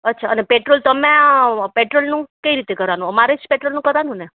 અચ્છા અને પેટ્રોલ તમે પેટ્રોલનું કઈ રીતે કરવાનું અમારે જ પેટ્રોલનું કરવાનું ને